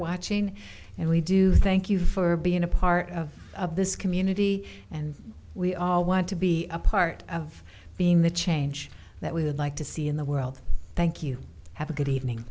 watching and we do thank you for being a part of this community and we all want to be a part of being the change that we would like to see in the world thank you have a good evening